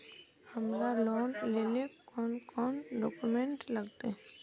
हमरा लोन लेले कौन कौन डॉक्यूमेंट लगते?